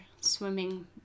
swimming